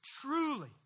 truly